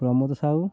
Pramod Sahu